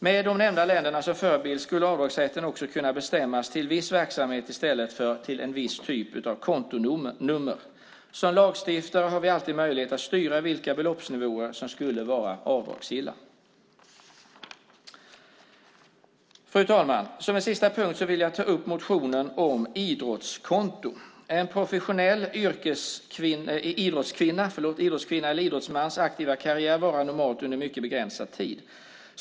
Med de nämnda länderna som förebild skulle avdragsrätten också kunna bestämmas till viss verksamhet i stället för till en viss typ av kontonummer. Som lagstiftare har vi alltid möjlighet att styra vilka beloppsnivåer som skulle vara avdragsgilla. Fru talman! Som en sista punkt vill jag ta upp motionen om idrottskonto. En professionell idrottskvinnas eller idrottsmans aktiva karriär varar normalt under mycket begränsad tid.